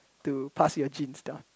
to pass it your genes down